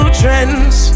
trends